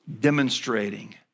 demonstrating